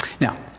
Now